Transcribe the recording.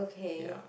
okay